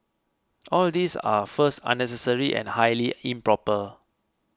all these are first unnecessary and highly improper